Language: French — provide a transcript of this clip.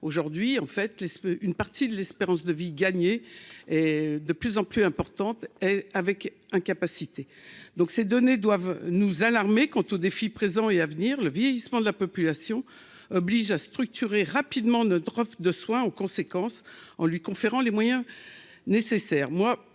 aujourd'hui, en fait une partie de l'espérance de vie gagnés et de plus en plus importante avec incapacité donc ces données doivent nous alarmer quant aux défis présents et à venir, le vieillissement de la population oblige à structurer rapidement ne drogue de soins aux conséquences, en lui conférant les moyens nécessaires,